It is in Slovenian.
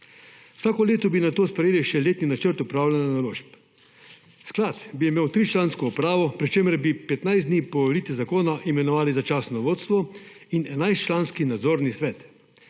Vsako leto bi nato sprejeli še letni načrt upravljanja naložb. Sklad bi imel tričlansko upravo, pri čemer bi 15 dni po uveljavitvi zakona imenovali začasno vodstvo in 11 članski nadzorni svet.